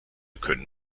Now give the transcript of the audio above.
können